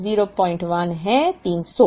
100 07 है 70